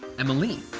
emmaline,